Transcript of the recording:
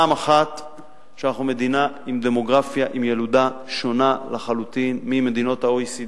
1. שאנחנו מדינה עם ילודה שונה לחלוטין ממדינות ה-OECD.